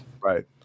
right